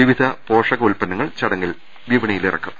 വിവിധ പോഷക ഉത്പന്നങ്ങൾ ചടങ്ങിൽ വിപ ണിയിലിറക്കും